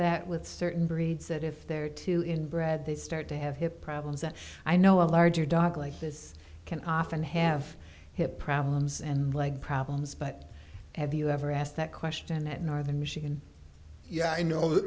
that with certain breeds that if they're too inbred they start to have hip problems that i know a larger dog like this can often have hip problems and leg problems but have you ever asked that question at northern michigan yeah i know